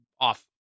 off